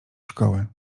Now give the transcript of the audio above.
szkoły